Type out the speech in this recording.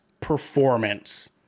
Performance